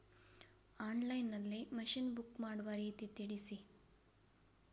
Online ನಲ್ಲಿ machine book ಮಾಡುವ ರೀತಿ ತಿಳಿಸಿ?